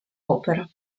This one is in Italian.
opera